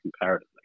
comparatively